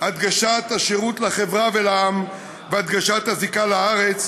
הדגשת השירות לחברה ולעם והדגשת הזיקה לארץ,